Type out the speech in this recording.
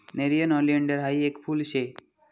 nerium oleander हायी येक फुल शे